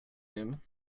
him